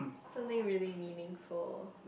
something really meaningful